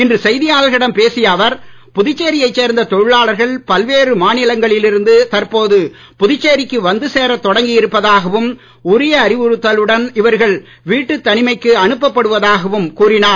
இன்று செய்தியாளர்களிடம் பேசிய அவர் புதுச்சேரியை சேர்ந்த தொழிலாளர்கள் பல்வேறு மாநிலங்களில் இருந்து தற்போது புதுச்சேரிக்கு வந்து சேரத் தொடங்கி இருப்பதாகவும் உரிய அறிவுறுத்தலுடன் இவர்கள் வீட்டுத் தனிமைக்கு அனுப்பப்படுவதாகவும் கூறினார்